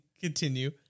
Continue